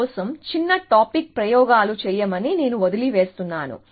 మీ కోసం చిన్న టాపిక్ ప్రయోగాలు చేయమని నేను వదిలివేస్తాను